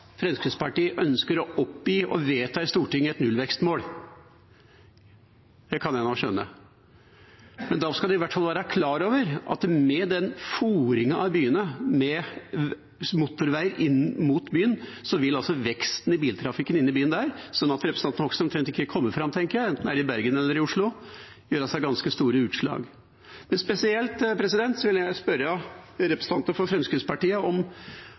Fremskrittspartiet ønsker å oppgi og vedta i Stortinget et nullvekstmål, det kan jeg skjønne. Da skal man i hvert fall være klar over at med den fôringen av byene, med motorvei inn mot byen, vil veksten i biltrafikken inn i byene der – slik at representanten Hoksrud omtrent ikke kommer fram, enten det er i Bergen eller i Oslo – gjøre ganske store utslag. Spesielt vil jeg spørre representantene fra Fremskrittspartiet om